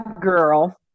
girl